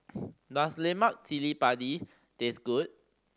does lemak cili padi taste good